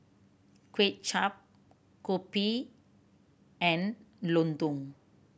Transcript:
Kway Chap kopi and lontong